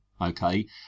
okay